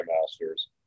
masters